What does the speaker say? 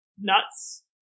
nuts